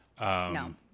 No